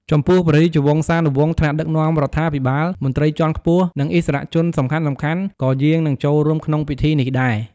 ចំពោះ ព្រះរាជវង្សានុវង្ស ថ្នាក់ដឹកនាំរដ្ឋាភិបាល មន្ត្រីជាន់ខ្ពស់ និងឥស្សរជនសំខាន់ៗ ក៏យាង និងចូលរួមក្នុងពិធីនេះដែរ។